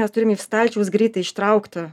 mes turim iš stalčiaus greitai ištraukta